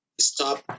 stop